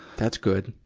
that's good.